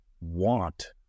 want